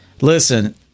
Listen